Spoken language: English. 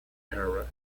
era